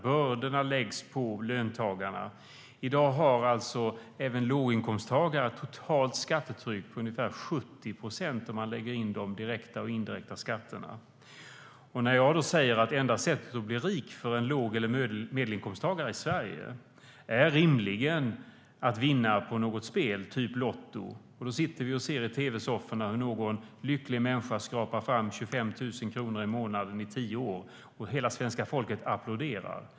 Bördorna läggs på löntagarna. I dag har även låginkomsttagare ett totalt skattetryck på ungefär 70 procent, om man räknar ihop de direkta och indirekta skatterna. Enda sättet att bli rik för en låg eller medelinkomsttagare i Sverige är att vinna på något spel, typ Lotto. I tv-sofforna sitter vi och ser hur någon lycklig människa skrapar fram 25 000 kronor i månaden i tio år, och hela svenska folket applåderar.